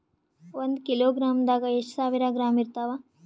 ಒಂದ್ ಕಿಲೋಗ್ರಾಂದಾಗ ಒಂದು ಸಾವಿರ ಗ್ರಾಂ ಇರತಾವ